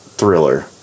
Thriller